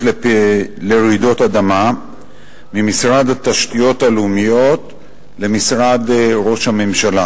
לרעידות אדמה ממשרד התשתיות הלאומיות למשרד ראש הממשלה.